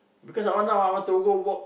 because I want now I want to go work